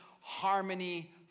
harmony